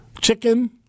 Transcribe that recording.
Chicken